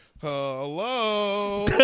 hello